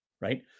right